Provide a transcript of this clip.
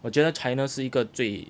我觉得 china 是一个最